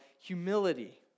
humility